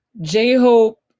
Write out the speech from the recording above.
j-hope